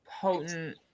potent